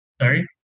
Sorry